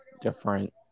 different